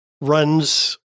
runs